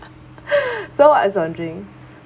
so what I was wondering